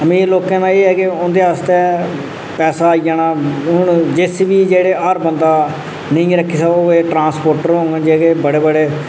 अमीर लोकें दा एह् ऐ कि उं'दे आस्तै पैसा आई जाना हून जे सी बी जेह्ड़े हर बंदा नेईं गै रक्खी सकदा ट्रांसपोर्टर होङन जेह्ड़े बड़े बड़े